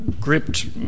gripped